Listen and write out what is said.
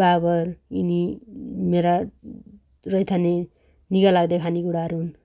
बाबर यिनी मेरा रैथाने निगा लाग्दे खानेकुणाहरु हुन् ।